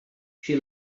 she